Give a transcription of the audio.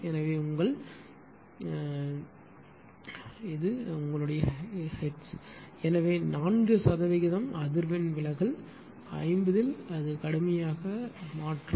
எனவே உங்கள் 2 ஹெர்ட்ஸ் எனவே நான்கு சதவிகிதம் அதிர்வெண் விலகல் 50 ல் அது கடுமையாக மாறும்